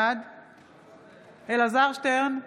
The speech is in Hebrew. בעד אלעזר שטרן,